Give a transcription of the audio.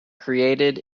created